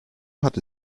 hatte